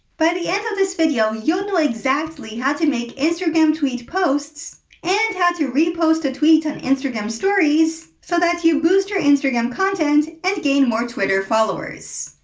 by the end of this video, you'll know exactly how to make instagram tweet posts and how to repost a tweet on instagram stories so that you boost your instagram content and gain more twitter followers.